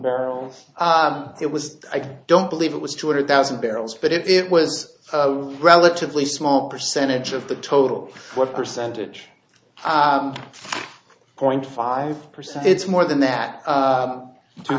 barrels it was i don't believe it was two hundred thousand barrels but if it was a relatively small percentage of the total what percentage point five percent it's more than that